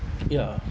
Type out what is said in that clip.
ya